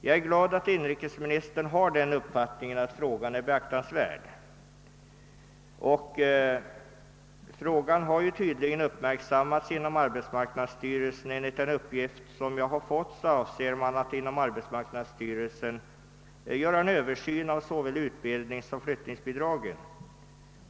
Jag är glad att inrikesministern har denna uppfattning, och det är tydligt att spörsmålet uppmärksammats inom arbetsmarknadsstyrelsen, ty enligt uppgift avser man att göra en översyn av såväl utbildningssom flyttningsbidraget.